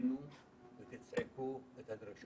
תפגינו ותצעקו את הדרישות שלכם.